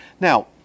Now